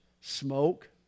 Smoke